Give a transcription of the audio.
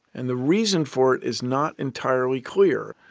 and the reason for it is not entirely clear.